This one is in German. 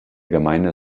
gemeinde